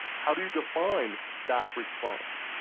how do you define that response